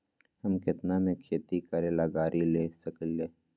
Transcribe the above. हम केतना में खेती करेला गाड़ी ले सकींले?